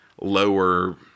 lower